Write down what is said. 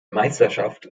meisterschaft